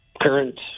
current